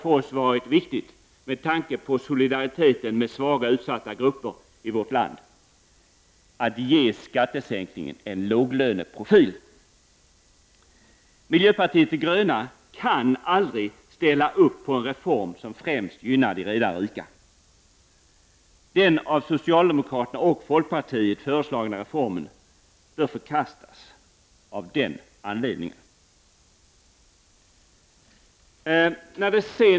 För oss har det med tanke på solidariteten med de svaga och utsatta grupperna i vårt land varit viktigt att skattesänkningen får en låglöneprofil. Vi i miljöpartiet de gröna kan aldrig ställa upp på en reform som främst gynnar de redan rika. Den av socialdemokraterna och folkpartiet föreslagna reformen bör av den anledningen förkastas.